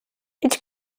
each